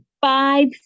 five